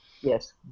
Yes